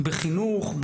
בחינוך,